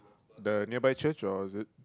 the nearby church or is it